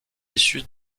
issues